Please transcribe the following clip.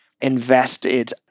invested